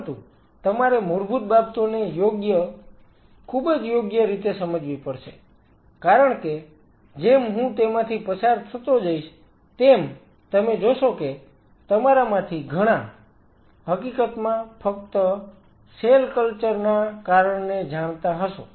પરંતુ તમારે મૂળભૂત બાબતોને ખૂબ જ યોગ્ય રીતે સમજવી પડશે કારણ કે જેમ હું તેમાંથી પસાર થતો જઈશ તેમ તમે જોશો કે તમારામાંથી ઘણા હકીકતમાં ફક્ત સેલ કલ્ચર ના કારણને જાણતા હશો